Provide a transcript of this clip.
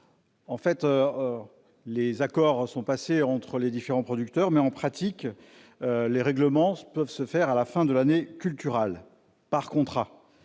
viticole. Des accords ont été passés entre les différents producteurs, mais, en pratique, les règlements peuvent intervenir à la fin de l'année culturale, par contrat.